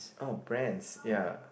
oh brands ya